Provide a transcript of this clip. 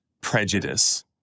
prejudice